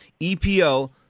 EPO